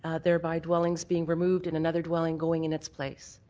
ah thereby dwellings being removed and another dwelling going in its place.